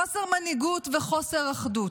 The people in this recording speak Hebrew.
חוסר מנהיגות וחוסר אחדות.